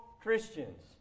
Christians